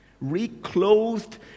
reclothed